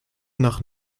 nach